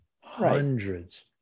Hundreds